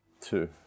Two